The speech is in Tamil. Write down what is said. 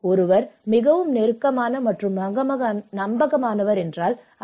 ஒருவர் மிகவும் நெருக்கமான மற்றும் நம்பகமானவர் ஏனென்றால் ஐ